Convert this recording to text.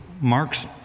Mark's